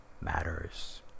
matters